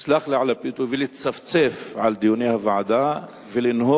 סלח לי על הביטוי, ולצפצף על דיוני הוועדה ולנהוג